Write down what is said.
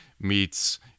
meets